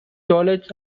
toilets